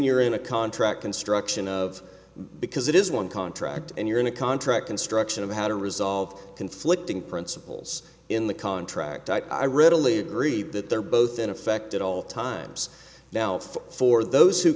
you're in a contract construction of because it is one contract and you're in a contract construction of how to resolve conflicting principals in the contract i readily agree that they're both in effect at all times now for those who